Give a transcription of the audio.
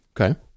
Okay